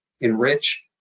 enrich